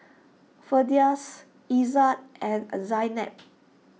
Firdaus Izzat and Zaynab